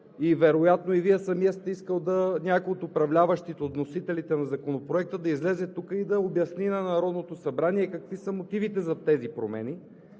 и вероятно и Вие самият сте искал някой от управляващите, от вносителите на Законопроекта да излезе тук и да обясни на Народното събрание какви са мотивите за тези промени.